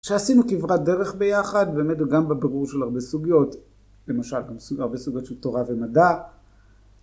כשעשינו כברת דרך ביחד באמת גם בבירור של הרבה סוגיות למשל הרבה סוגיות של תורה ומדע